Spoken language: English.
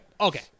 okay